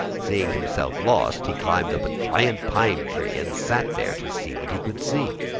seeing himself lost, he climbed up a giant pine tree and sat there to see what he could see.